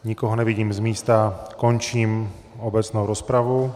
Nikoho nevidím z místa, končím obecnou rozpravu.